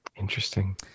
interesting